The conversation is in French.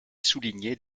souligner